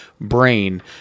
brain